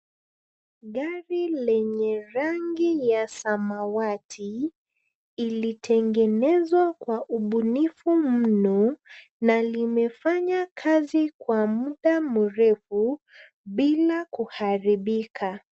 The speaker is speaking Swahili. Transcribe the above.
Gari lenye rangi ya samawati, ilitengenezwa kwa ubunifu mno na limefanya kazi kwa muda mrefu bila kuharibika.